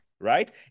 right